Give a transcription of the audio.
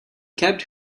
kept